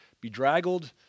bedraggled